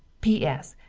p s.